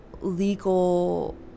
legal